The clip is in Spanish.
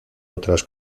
otras